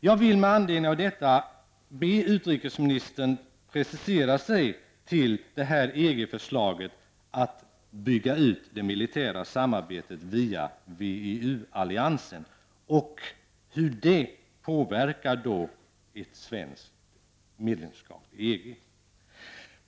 Jag skulle med anledning av detta vilja be utrikesministern precisera sig när det gäller EG förslaget att bygga ut det militära samarbetet via WEU-alliansen och hur det påverkar ett svenskt medlemskap i EG.